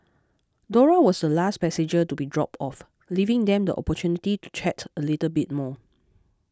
Dora was the last passenger to be dropped off leaving them the opportunity to chat a little bit more